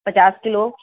پچاس کلو